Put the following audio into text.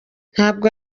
ntabwo